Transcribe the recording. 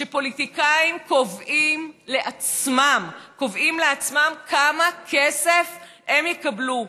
שפוליטיקאים קובעים לעצמם כמה כסף הם יקבלו,